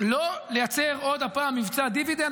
לא לייצר עוד הפעם מבצע דיבידנד.